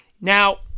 now